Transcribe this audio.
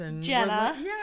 Jenna